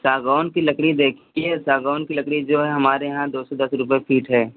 सागौन की लकड़ी देखिए सागौन की लकड़ी जो है हमारे यहाँ दो सौ दस रुपये फीट है